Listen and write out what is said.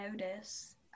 notice